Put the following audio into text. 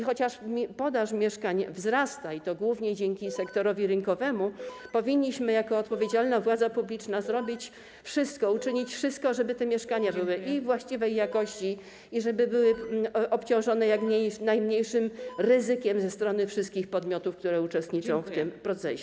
Chociaż podaż mieszkań wzrasta, i to głównie dzięki sektorowi rynkowemu, powinniśmy jako odpowiedzialna władza publiczna zrobić wszystko, uczynić wszystko, żeby te mieszkania były właściwej jakości i żeby były obciążone jak najmniejszym ryzykiem ze strony wszystkich podmiotów, które uczestniczą w tym procesie.